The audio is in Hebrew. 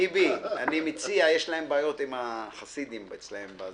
טיבי, אני מציע, יש להם בעיות עם החסידים אצלהם,